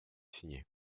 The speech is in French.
signer